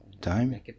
time